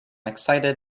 excited